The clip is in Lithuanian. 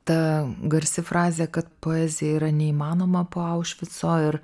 ta garsi frazė kad poezija yra neįmanoma po aušvico ir